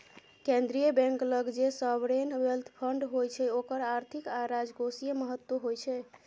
केंद्रीय बैंक लग जे सॉवरेन वेल्थ फंड होइ छै ओकर आर्थिक आ राजकोषीय महत्व होइ छै